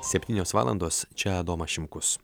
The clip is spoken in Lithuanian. septynios valandos čia adomas šimkus